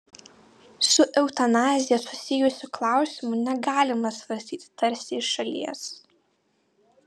su eutanazija susijusių klausimų negalima svarstyti tarsi iš šalies